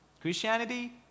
Christianity